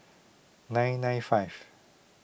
nine nine five